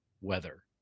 weather